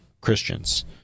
christians